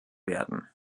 werden